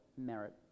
merit